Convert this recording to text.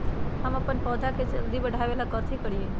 हम अपन पौधा के जल्दी बाढ़आवेला कथि करिए?